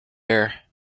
air